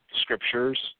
scriptures